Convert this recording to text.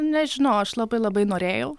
nežinau aš labai labai norėjau